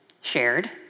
shared